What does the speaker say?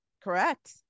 Correct